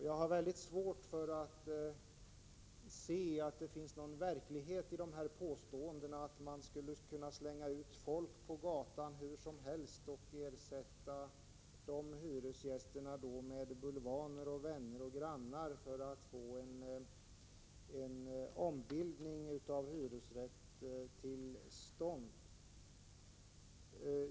Jag har svårt att se att det finns någon verklighet bakom påståendena att de skulle slänga ut folk på gatan hur som helst och ersätta de hyresgästerna med bulvaner, vänner och bekanta för att få till stånd en ombildning av hyresrätter.